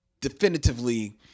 definitively